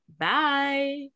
bye